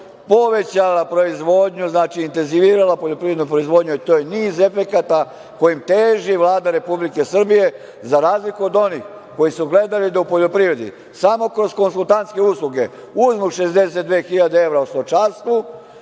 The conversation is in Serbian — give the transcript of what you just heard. povećala proizvodnju, znači intenzivirala poljoprivrednu proizvodnju, jer to je niz efekata kojim teži Vlada Republike Srbije za razliku od onih koji se gledali da u poljoprivredi samo kroz konsultantske usluge uzmu 62.000 evra u stočarstvu,